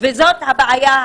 ראשית,